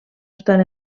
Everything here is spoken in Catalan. estan